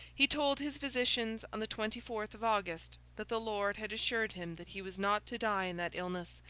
he told his physicians on the twenty-fourth of august that the lord had assured him that he was not to die in that illness,